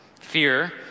Fear